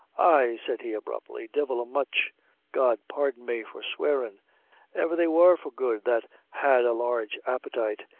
ay, said he, abruptly, divil a much god pardon me for swearin' ever they wor for good that had a large appetite.